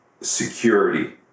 security